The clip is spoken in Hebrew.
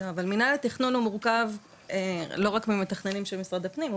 אבל מוסדות התכנון מורכבים לא רק ממתכננים של משרד הפנים,